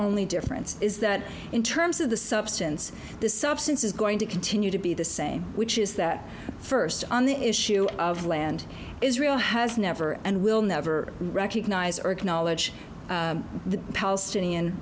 only difference is that in terms of the substance the substance is going to continue to be the same which is that first on the issue of land israel has never and will never recognize or acknowledge the palestinian